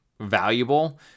valuable